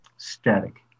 Static